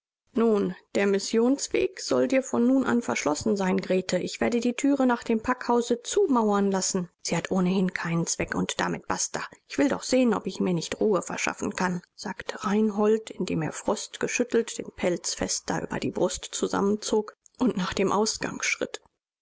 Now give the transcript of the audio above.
nun der missionsweg soll dir von nun an verschlossen sein grete ich werde die thüre nach dem packhause zumauern lassen sie hat ohnehin keinen zweck und damit basta ich will doch sehen ob ich mir nicht ruhe verschaffen kann sagte reinhold indem er frostgeschüttelt den pelz fester über die brust zusammenzog und nach dem ausgang schritt